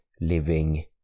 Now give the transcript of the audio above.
living